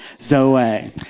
Zoe